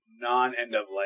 non-end-of-life